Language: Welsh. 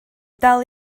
dal